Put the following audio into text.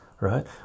right